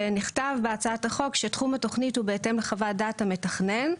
נכתב בהצעת החוק שתחום התוכנית הוא בהתאם לחוות דעת המתכנן,